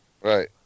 Right